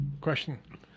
Question